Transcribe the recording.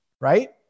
right